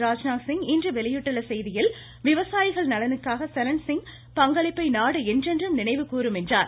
ராஜ்நாத் சிங் இன்று வெளியிட்டுள்ள செய்தியில் விவசாய நலனுக்கான சரண்சிங்கின் பங்களிப்பை நாடு என்றென்றும் நினைவுகூறும் என்றார்